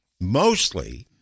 mostly